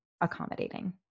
accommodating